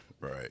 Right